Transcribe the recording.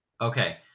Okay